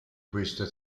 questa